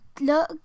look